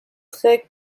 très